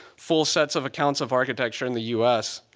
full sets of accounts of architecture in the us,